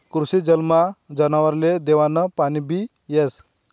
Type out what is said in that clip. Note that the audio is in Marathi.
कृषी जलमा जनावरसले देवानं पाणीबी येस